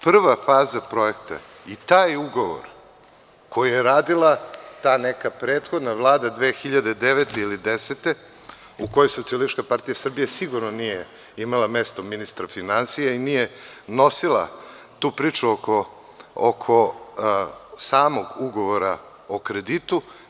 Prva faza projekta i taj ugovor koji je radila ta neka prethodna vlada 2009. ili 2010. godine u kojoj Socijalistička partija Srbije sigurno nije imala mesto ministra finansija i nije nosila tu priču oko samog ugovora o kreditu.